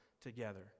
together